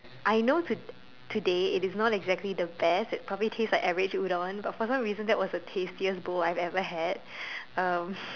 I know to today it is not exactly the best it probably tastes like average udon but for some reason that was one of the tastiest bowl I've ever had um